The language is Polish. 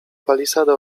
palisady